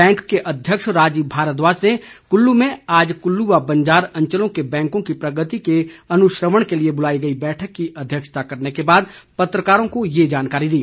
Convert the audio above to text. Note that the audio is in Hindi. बैंक के अध्यक्ष राजीव भारद्वाज ने कुल्लू में आज कुल्लू व बंजार अंचलों के बैंकों की प्रगति के अनुश्रवण के लिए बुलाई गई बैठक की अध्यक्षता करने के बाद पत्रकारों को यह जानकारी दी